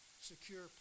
secure